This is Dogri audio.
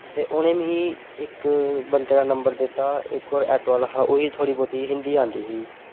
ते उनें मिकी इक बंदे दा नंबर दित्ता इक होर ऐटो आह्ला हा उसी थोह्ड़ी बौह्ती हिन्दी आंदी ही